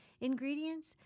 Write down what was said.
ingredients